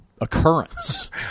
occurrence